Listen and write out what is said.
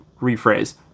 rephrase